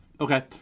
Okay